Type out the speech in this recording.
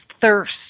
thirst